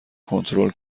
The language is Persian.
کنترل